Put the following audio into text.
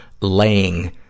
laying